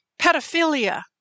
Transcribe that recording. pedophilia